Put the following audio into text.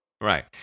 Right